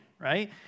right